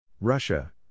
Russia